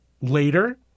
Later